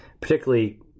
particularly